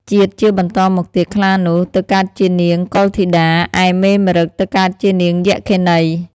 ជាតិជាបន្តមកទៀត ខ្លានោះ ទៅកើតជានាងកុលធីតា ឯមេម្រឹគ ទៅកើតជានាងយក្ខិនី ។